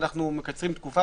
ואנחנו מקצרים תקופה.